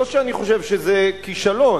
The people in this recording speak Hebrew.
לא שאני חושב שזה כישלון,